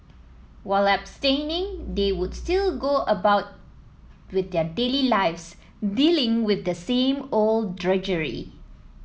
while abstaining they would still go about with their daily lives dealing with the same old drudgery